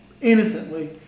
innocently